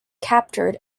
captured